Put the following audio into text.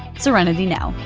serenity now.